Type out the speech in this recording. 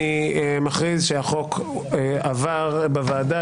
אני מכריז שהחוק עבר בוועדה.